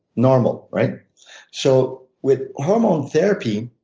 normal. so with hormone therapy,